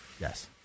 yes